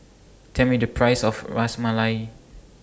Tell Me The Price of Ras Malai